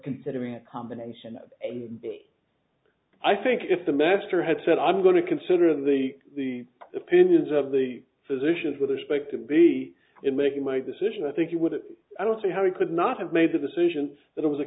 considering a combination and i think if the master had said i'm going to consider the the opinions of the physicians with respect to be in making my decision i think you would i don't see how we could not have made the decision that it was a